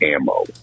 Ammo